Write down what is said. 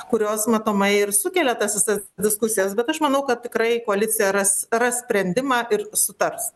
kurios matomai ir sukelia tas visas diskusijas bet aš manau kad tikrai koalicija ras ras sprendimą ir sutars